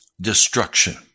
Destruction